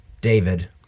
David